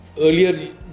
earlier